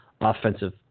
offensive